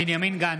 בעד בנימין גנץ,